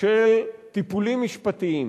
של טיפולים משפטיים.